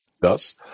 Thus